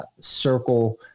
circle